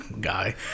guy